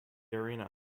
arena